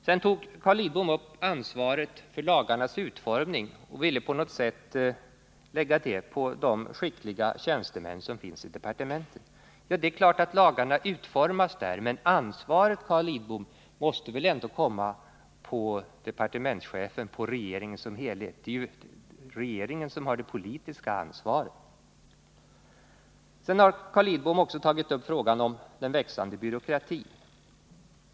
Sedan tog Carl Lidbom upp frågan om ansvaret för lagarnas utformning och ville på något sätt lägga det på de skickliga tjänstemän som finns i departementet. Det är klart att lagarna utformas där, men ansvaret, Carl Lidbom, måste väl ändå falla på departementchefen och på regeringen som helhet; det är ju regeringen som har det politiska ansvaret. Carl Lidbom har också tagit upp frågan om den växande byråkratin.